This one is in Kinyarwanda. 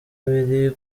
biri